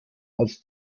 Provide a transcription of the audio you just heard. als